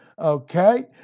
okay